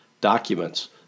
documents